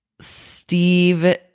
steve